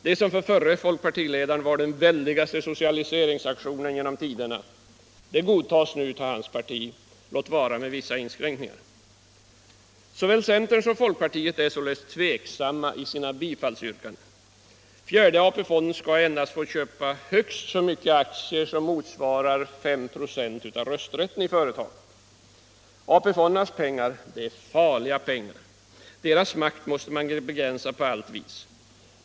Det som för förre folkpartiledaren var den väldigaste socialiseringsaktionen genom tiderna godtas nu av hans parti, låt vara med vissa inskränkningar. Såväl centern som folkpartiet är således tveksamma i sina bifallsyrkanden. Fjärde AP-fonden skall endast få köpa högst så mycket aktier som motsvarar 5 96 av rösträtten i företagen. AP-fondernas pengar är farliga pengar, deras makt måste man begränsa på alla vis.